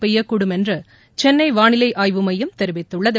பெய்யக்கூடும் என்று சென்னை வானிலை ஆய்வு மையம் தெரிவித்துள்ளது